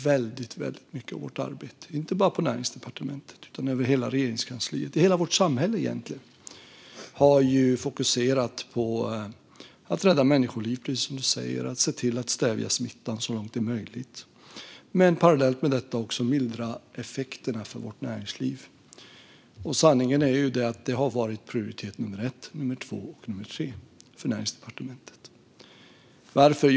Väldigt mycket hårt arbete, inte bara på Näringsdepartementet utan i hela Regeringskansliet och i hela vårt samhälle egentligen, har fokuserat på att rädda människoliv, precis som du säger, att stävja smittan så långt det är möjligt och att parallellt med detta också mildra effekterna för vårt näringsliv. Sanningen är att detta har varit prioritet nummer 1, nummer 2 och nummer 3 för Näringsdepartementet. Varför?